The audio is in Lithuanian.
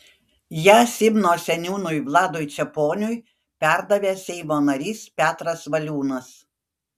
ją simno seniūnui vladui čeponiui perdavė seimo narys petras valiūnas